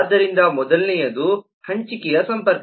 ಆದ್ದರಿಂದ ಮೊದಲನೆಯದು ಹಂಚಿಕೆಯ ಸಂಪರ್ಕ